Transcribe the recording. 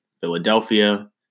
Philadelphia